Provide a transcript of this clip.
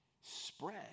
spread